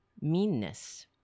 meanness